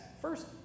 First